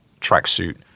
tracksuit